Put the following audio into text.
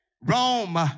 Rome